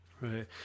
Right